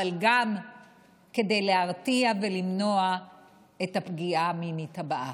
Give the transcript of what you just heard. אבל גם כדי להרתיע ולמנוע את הפגיעה המינית הבאה.